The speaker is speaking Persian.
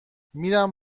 میرم